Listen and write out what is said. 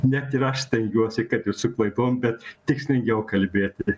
net ir aš stengiuosi kad ir su klaidom bet tikslingiau kalbėti